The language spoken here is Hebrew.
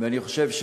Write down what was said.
ואני חושב,